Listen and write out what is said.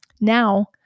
Now